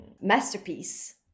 masterpiece